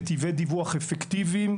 נתיבי דיווח אפקטיביים.